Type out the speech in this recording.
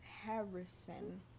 harrison